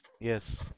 Yes